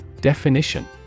Definition